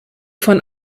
von